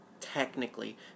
technically